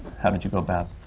how did you go about